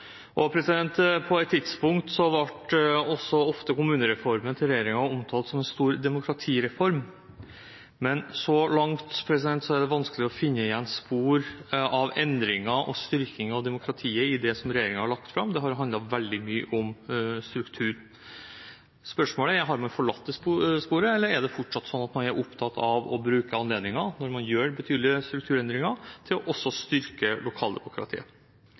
På et tidspunkt ble også regjeringens kommunereform ofte omtalt som en stor demokratireform, men så langt er det vanskelig å finne spor av endring og styrking av demokratiet i det som regjeringen har lagt fram. Det har handlet veldig mye om struktur. Spørsmålet er om man har forlatt det sporet, eller om man fortsatt er opptatt av å bruke anledningen når man gjør betydelige strukturendringer, til også å styrke lokaldemokratiet.